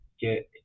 get